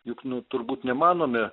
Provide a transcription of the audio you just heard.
juk mes turbūt nemanome